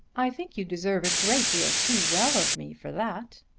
i think you deserve a great deal too well of me for that.